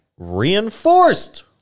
reinforced